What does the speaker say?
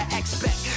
expect